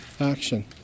Action